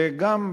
וגם,